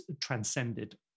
transcended